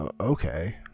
Okay